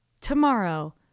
tomorrow